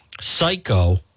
psycho